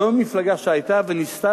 לא מפלגה שהיתה וניסתה,